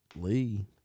Lee